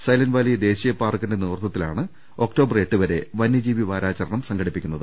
silent Valley ദേശീയ പാർക്കിന്റെ നേതൃത്വത്തിലാണ് ഒക്ടോബർ എട്ടുവരെ വനൃജീവി വാരാചരണം സംഘ ടിപ്പിക്കുന്നത്